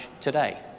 today